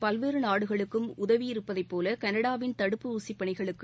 பல்வேறு நாடுகளுக்கும் உதவியிருப்பதைப் போல கனடாவின் தடுப்பூசி பணிகளுக்கு